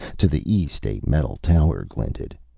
to the east, a metal tower glinted.